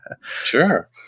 Sure